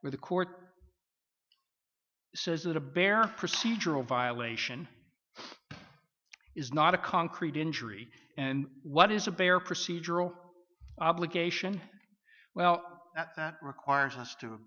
where the court says that a bear procedural violation is not a concrete injury and what is a bare procedural obligation well that requires us to